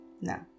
No